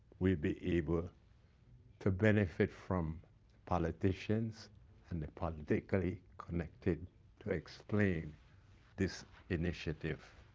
we'll be able to benefit from politicians and the politically connected to explain this initiative.